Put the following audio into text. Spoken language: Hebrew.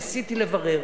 ניסיתי לברר.